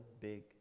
big